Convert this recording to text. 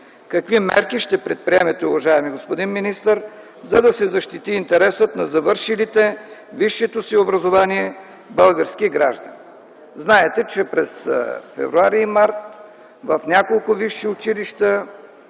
Какви мерки ще предприемете, уважаеми господин министър, за да се защити интересът на завършилите висшето си образование български граждани? Знаете, че през м. февруари и март в няколко висши училища